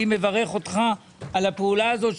מברך אותך על הפעולה הזאת,